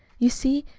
you see,